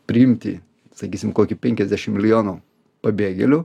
priimti sakysim kokį penkiasdešim milijonų pabėgėlių